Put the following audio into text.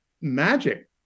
magic